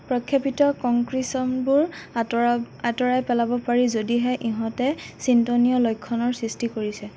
প্ৰক্ষেপিত কংক্ৰিচনবোৰ আঁতৰা আঁতৰাই পেলাব পাৰি যদিহে ইহঁতে চিন্তনীয় লক্ষণৰ সৃষ্টি কৰিছে